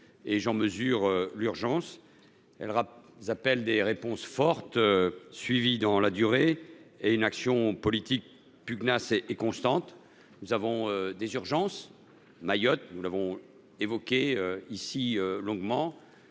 sont nombreuses. Elles appellent des réponses fortes et suivies dans la durée et une action politique pugnace et constante. Nous avons des urgences : Mayotte – nous en avons déjà longuement